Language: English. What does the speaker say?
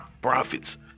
prophets